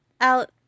out